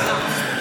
חבל מאוד,